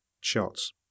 shots